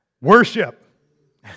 Worship